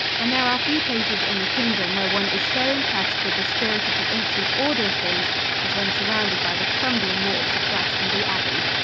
and there are few places in the kingdom where one is so impressed with the spirit of the ancient order of things as when surrounded by the crumbling walls of glastonbury abbey.